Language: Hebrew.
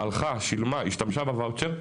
הלכה, שילמה, השתמשה בוואוצ'ר.